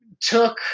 took